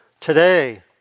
Today